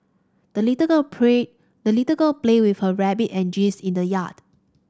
the little girl pray the little girl played with her rabbit and geese in the yard